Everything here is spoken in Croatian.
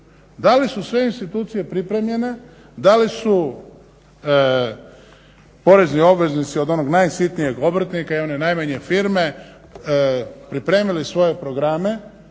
Da li su sve institucije pripremljene, da li su porezni obveznici od onog najsitnijeg obrtnika i one najmanje firme pripremili svoje programe